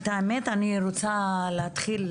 האמת היא שאני רוצה להתחיל,